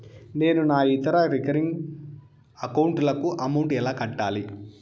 నేను నా ఇతర రికరింగ్ అకౌంట్ లకు అమౌంట్ ఎలా కట్టాలి?